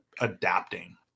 adapting